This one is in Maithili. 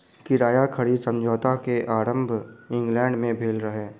किराया खरीद समझौता के आरम्भ इंग्लैंड में भेल रहे